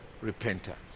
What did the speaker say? repentance